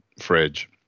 fridge